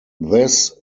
this